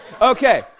Okay